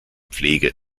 pflege